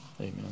Amen